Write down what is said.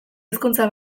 hizkuntza